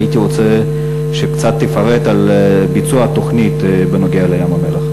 הייתי רוצה שקצת תפרט על ביצוע התוכנית בנוגע לים-המלח.